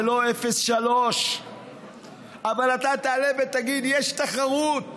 ולא 0.3%. אבל אתה תעלה ותגיד: יש תחרות.